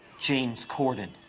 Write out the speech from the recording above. james corden.